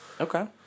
Okay